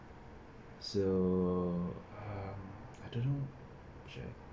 so uh